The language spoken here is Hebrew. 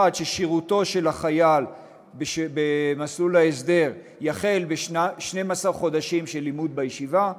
ששירותו של החייל במסלול ההסדר יחל ב-12 חודשים של לימוד בישיבה,